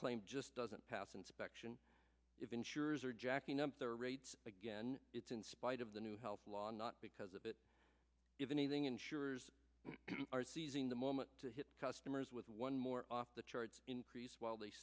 claim just doesn't pass inspection if insurers are jacking up their rates again it's in byt of the new health law or not because of it if anything insurers are seizing the moment to hit customers with one more off the charts increase while they